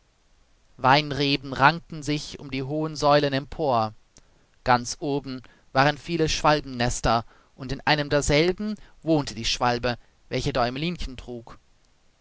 weinreben rankten sich um die hohen säulen empor ganz oben waren viele schwalbennester und in einem derselben wohnte die schwalbe welche däumelinchen trug